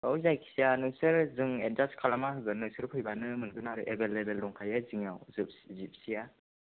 औ जायखिजाया नोंसोर जों एदजास खालामना होगोन नोंसोर फैबानो मोनगोन आरो एबेलेबेल दंखायो जोंनाव जिबसिया